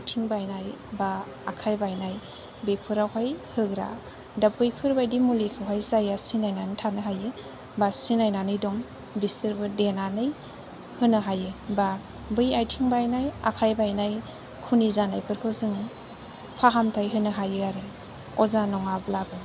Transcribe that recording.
आथिं बायनाय बा आखाय बायनाय बेफोराव हाय होग्रा दा बैफोरबादि मुलिखौहाय जायहा सिनायनानै थानो हायो बा सिनायनानै दं बिसोरबो देनानै होनो हायो बा बै आथिं बायनाय आखाय बायनाय खुनि जानायफोर जों फाहामथाय होनो हायो आरो अजा नङाब्लाबो